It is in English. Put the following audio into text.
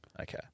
Okay